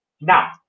Now